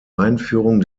einführung